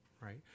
right